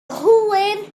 hwyr